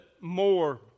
more